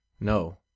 no